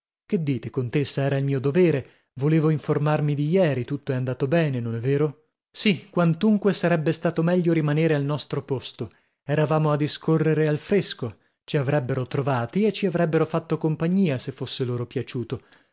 che dite contessa era il mio dovere volevo informarmi di ieri tutto è andato bene non è vero sì quantunque sarebbe stato meglio rimanere al nostro posto eravamo a discorrere al fresco ci avrebbero trovati e ci avrebbero fatto compagnia se fosse loro piaciuto